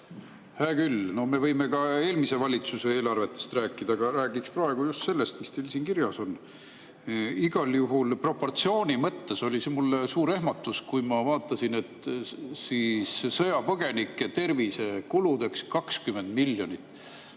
Hea küll, me võime ka eelmise valitsuse eelarvetest rääkida, aga räägiks praegu just sellest, mis teil siin kirjas on. Igal juhul proportsiooni mõttes oli see mulle suur ehmatus, kui ma vaatasin, et sõjapõgenike tervisekuludeks on 20 miljonit.